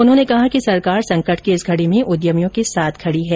उन्होंने कहा कि सरकार संकट की इस घडी में उद्यमियों के साथ खड़ी है